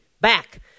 back